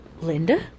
Linda